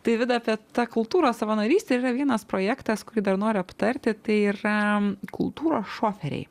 tai vida apie tą kultūros savanorystę yra vienas projektas kurį dar noriu aptarti tai yra kultūros šoferiai